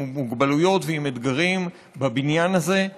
עם מוגבלויות ועם אתגרים בבניין הזה.